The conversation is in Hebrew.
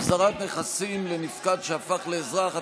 החזרת נכסים לנפקד שהפך לאזרח),